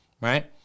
right